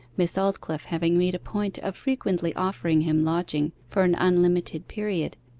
miss aldclyffe having made a point of frequently offering him lodging for an unlimited period,